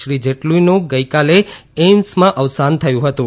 શ્રી જેટલીનું ગઈકાલે એઈમ્સમાં અવસાન થયું હતું